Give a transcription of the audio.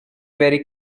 very